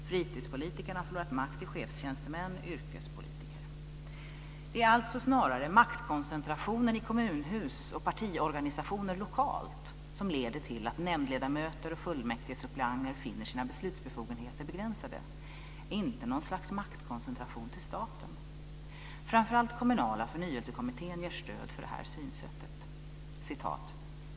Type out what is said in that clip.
Fritidspolitikerna har förlorat makt till chefstjänstemän och yrkespolitiker. Det är alltså snarare maktkoncentrationen i kommunhus och partiorganisationer lokalt som leder till att nämndledamöter och fullmäktigesuppleanter finner sina beslutsbefogenheter begränsade, inte något slags maktkoncentration till staten. Framför allt Kommunala förnyelsekommittén ger stöd för det här synsättet.